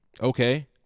Okay